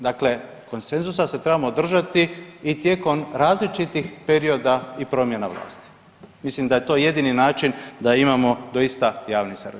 Dakle konsenzusa se trebamo držati i tijekom različitih perioda i promjena vlasti, mislim da je to jedini način da imamo doista javni servis.